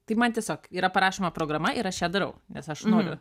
tai man tiesiog yra parašoma programa ir aš ją darau nes aš noriu